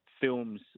films